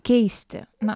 keisti na